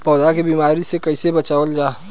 पौधा के बीमारी से कइसे बचावल जा?